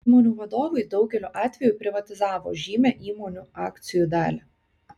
įmonių vadovai daugeliu atveju privatizavo žymią įmonių akcijų dalį